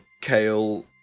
Kale